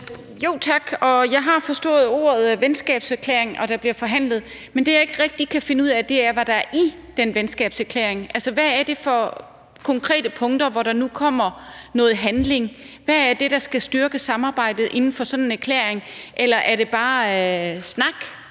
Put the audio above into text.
Tak. Jeg har forstået ordet venskabserklæring, og at der bliver forhandlet, men det, jeg ikke rigtig kan finde ud af, er, hvad der er i den venskabserklæring. Altså, hvad er det for konkrete punkter, hvor der nu kommer noget handling? Hvad er det, der skal styrke samarbejdet inden for sådan en erklæring? Eller er det bare snak